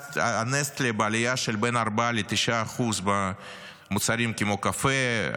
אסם-נסטלה, עלייה של בין 4% ל-9% במוצרים כמו קפה,